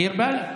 דיר באלכ.